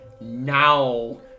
Now